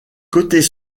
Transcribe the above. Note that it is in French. côtés